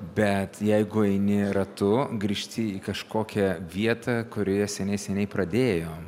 bet jeigu eini ratu grįžti į kažkokią vietą kurioje seniai seniai pradėjo